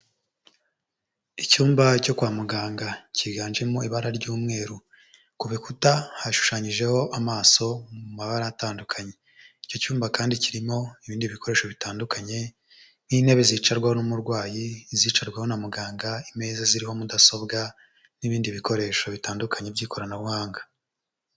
Icyumba cyo kwa muganga, cyiganjemo ibara ry'umweru. Ku bikuta hashushanyijeho amaso mu mabara atandukanye. Icyo cyumba kandi kirimo ibindi bikoresho bitandukanye: nk'intebe zicarwa n'umurwayi, izicarwaho na muganga, imeza ziriho mudasobwa, n'ibindi bikoresho bitandukanye by'ikoranabuhanga.